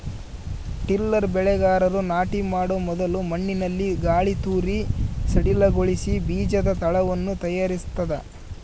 tiller ಬೆಳೆಗಾರರು ನಾಟಿ ಮಾಡೊ ಮೊದಲು ಮಣ್ಣಿನಲ್ಲಿ ಗಾಳಿತೂರಿ ಸಡಿಲಗೊಳಿಸಿ ಬೀಜದ ತಳವನ್ನು ತಯಾರಿಸ್ತದ